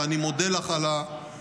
ואני מודה לך על השאלה: